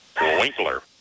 Winkler